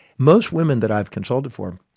most women that i've consulted for,